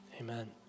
amen